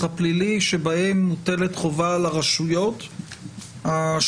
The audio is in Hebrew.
הפלילי שבהם מוטלת חובה על הרשויות השונות,